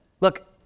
look